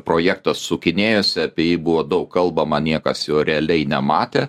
projektas sukinėjosi apie jį buvo daug kalbama niekas jo realiai nematė